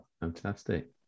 Fantastic